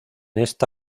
esta